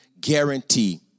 guarantee